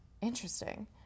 interesting